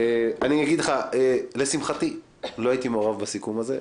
אגיד לך: לשמחתי לא הייתי מעורב בסיכום הזה.